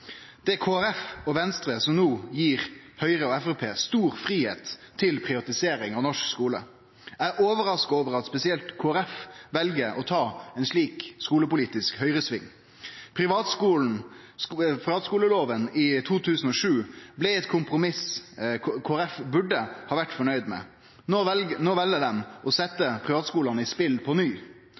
er Kristelig Folkeparti og Venstre som no gjev Høgre og Framstegspartiet stor fridom til privatisering av norsk skule. Eg er overraska over at spesielt Kristelig Folkeparti vel å ta ein slik skulepolitisk høgresving. Privatskuleloven i 2007 blei eit kompromiss Kristelig Folkeparti burde ha vore fornøgd med. No vel dei å setje privatskulane i spel på ny